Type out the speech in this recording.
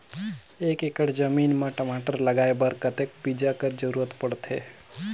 एक एकड़ जमीन म टमाटर लगाय बर कतेक बीजा कर जरूरत पड़थे?